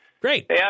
Great